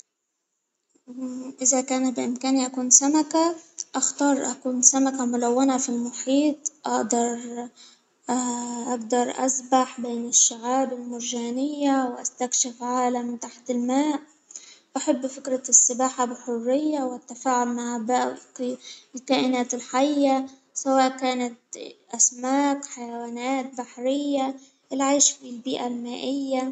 إذا كان بإمكاني أكون سمكة أختار أكون سمكة ملونة في المحيط أأدر أأدر أسبح بين الشعاب المجانية وأستكشف عالم تحت الماء، أحب فكرة السباحة بحرية والتفاعل مع باقي الكائنات الحية سواء كانت أسماك ،حيوانات بحرية، العيش في البيئة المائية.